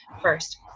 first